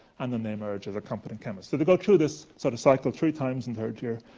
and then they emerge as a competent chemist. so they go through this sort of cycle three times in third year,